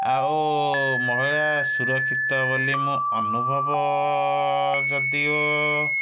ଆଉ ମହିଳା ସୁରକ୍ଷିତ ବୋଲି ମୁଁ ଅନୁଭବ ଯଦିଓ